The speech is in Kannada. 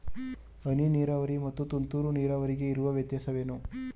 ಹನಿ ನೀರಾವರಿ ಮತ್ತು ತುಂತುರು ನೀರಾವರಿಗೆ ಇರುವ ವ್ಯತ್ಯಾಸವೇನು?